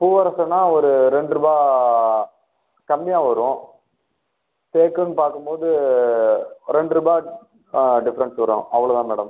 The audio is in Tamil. பூவரசுன்னா ஒரு ரெண்டு ரூபாய் கம்மியாக வரும் தேக்குன்னு பார்க்கும்போது ரெண்டு ரூபாய் அ டிஃப்ரென்ஸ் வரும் அவ்வளோ தான் மேடம்